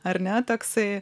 ar ne toksai